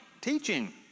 teaching